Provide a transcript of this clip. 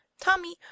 tommy